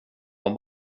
var